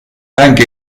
anche